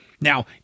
Now